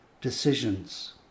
decisions